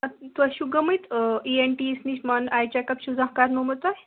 تُہۍ چھوگٔمٕتۍ E N T یس نِش مان آے چیٚک اَپ چھُ زانٛہہ کَرنومُت تۄہہِ